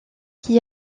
qui